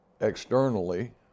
externally